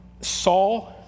Saul